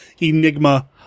Enigma